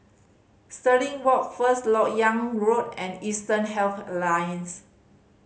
Stirling Walk First Lok Yang Road and Eastern Health Alliance